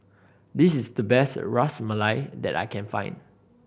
this is the best Ras Malai that I can find